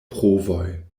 provoj